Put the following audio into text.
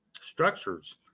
structures